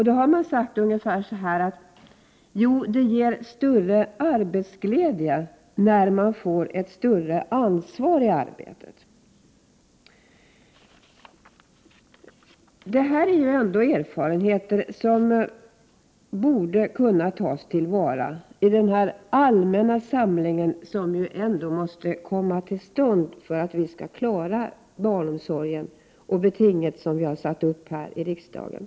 Då har man sagt ungefär så här: Det ger större arbetsglädje när man får ett större ansvar i arbetet. Detta är erfarenheter som borde kunna tas till vara i den allmänna samling som måste komma till stånd för att vi skall klara barnomsorgen och det beting vi har satt upp här i riksdagen.